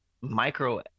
micro